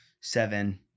seven